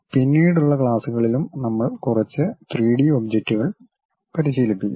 പിന്നീടുള്ള ക്ലാസുകളിലും നമ്മൾ കുറച്ച് 3 ഡി ഒബ്ജക്റ്റുകൾ പരിശീലിക്കും